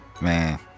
Man